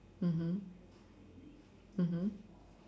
mmhmm mmhmm